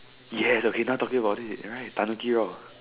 yes okay now talking about it right tanuki raw